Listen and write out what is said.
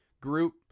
group